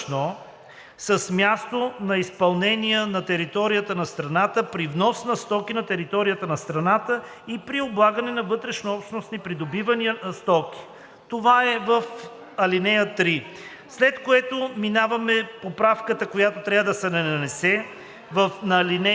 с място на изпълнение на територията на страната при внос на стоки на територията на страната и при облагане на вътрешнообщностни придобивания на стоки.“ Това е в ал. 3. След което минаваме към поправката, която трябва да се нанесе в ал. 5: